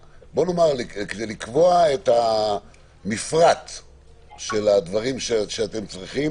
לקבוע את המפרט של הדברים שאתם צריכים